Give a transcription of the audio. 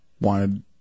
wanted